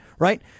Right